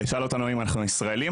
שאל אותנו אם אנחנו ישראלים,